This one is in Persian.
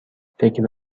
فکر